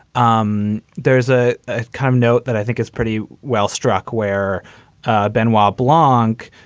um there is a calm note that i think is pretty well struck where benwell block,